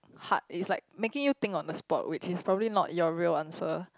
hard is like making you think on the spot which is probably not your real answer